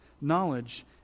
knowledge